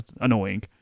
annoying